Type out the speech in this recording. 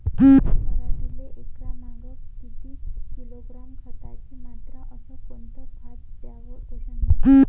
पराटीले एकरामागं किती किलोग्रॅम खताची मात्रा अस कोतं खात द्याव?